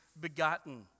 begotten